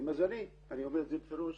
למזלי, אני אומר את זה בפירוש,